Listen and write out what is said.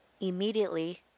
immediately